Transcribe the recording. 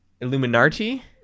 Illuminati